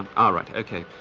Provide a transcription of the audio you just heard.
and ah right, ok.